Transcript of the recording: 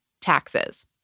Taxes